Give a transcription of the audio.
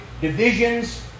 divisions